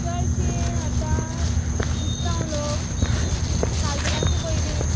चडशीं आतां क्रिस्तांव लोक काजरांचे पयलीं